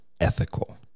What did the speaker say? ethical